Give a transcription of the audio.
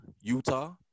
Utah